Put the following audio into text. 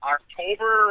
October